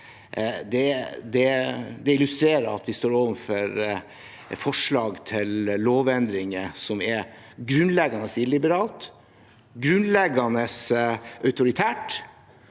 illustrerer at vi står overfor et forslag til lovendringer som er grunnleggende illiberalt og grunnleggende autoritært.